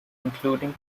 including